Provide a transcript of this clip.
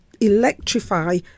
electrify